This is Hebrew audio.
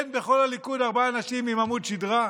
אין בכל הליכוד ארבעה אנשים עם עמוד שדרה?